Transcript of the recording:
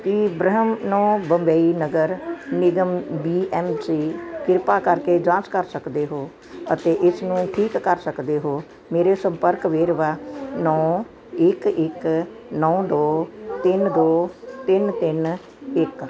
ਕੀ ਬ੍ਰਿਹਮ ਨੂੰ ਮੁੰਬਈ ਨਗਰ ਨਿਗਮ ਬੀ ਐੱਮ ਸੀ ਕਿਰਪਾ ਕਰਕੇ ਜਾਂਚ ਕਰ ਸਕਦੇ ਹੋ ਅਤੇ ਇਸ ਨੂੰ ਠੀਕ ਕਰ ਸਕਦੇ ਹੋ ਮੇਰੇ ਸੰਪਰਕ ਵੇਰਵਾ ਨੌਂ ਇੱਕ ਇੱਕ ਨੌਂ ਦੋ ਤਿੰਨ ਦੋ ਤਿੰਨ ਤਿੰਨ ਇੱਕ